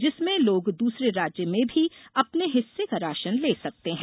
जिसमें लोग दूसरे राज्य में भी अपने हिस्से का राशन ले सकते हैं